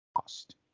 lost